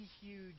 huge